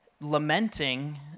lamenting